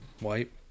wipe